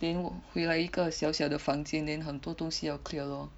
then 回来一个小小的房间 then 很多东西要 clear loh